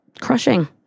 crushing